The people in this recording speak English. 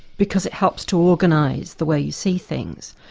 because it helps to organise the way you see things.